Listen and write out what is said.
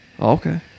Okay